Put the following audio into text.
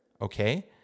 okay